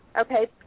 okay